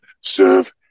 serve